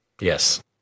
Yes